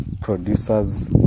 producers